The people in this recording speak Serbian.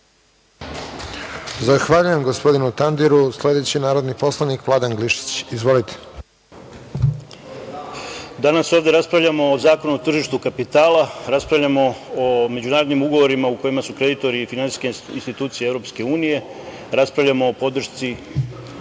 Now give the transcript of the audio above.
Zahvaljujem gospodinu Tandiru. Sledeći je narodni poslanik Vladan Glišić. Izvolite. **Vladan Glišić** Danas ovde raspravljamo o Zakonu o tržištu kapitala, raspravljamo o međunarodnim ugovorima u kojima su kreditori finansijske institucije EU, raspravljamo o podršci